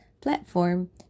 platform